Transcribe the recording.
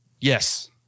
Yes